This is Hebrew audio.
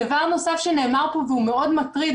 דבר נוסף שנאמר פה והוא מאוד מטריד,